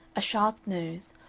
a sharp nose,